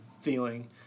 feeling